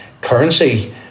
currency